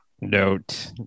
note